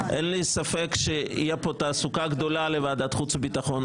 אין לי ספק שתהיה כאן תעסוקה גדולה לוועדת חוץ וביטחון.